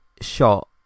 shot